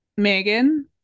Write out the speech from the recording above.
Megan